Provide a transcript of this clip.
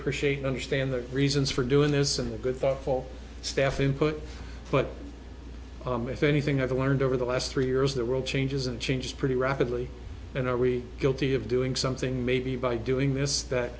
appreciate understand the reasons for doing this and the good thoughtful staff input but if anything i've learned over the last three years the world changes and changes pretty rapidly and are we go t of doing something maybe by doing this that